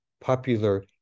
popular